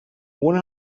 one